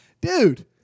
dude